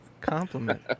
compliment